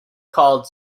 called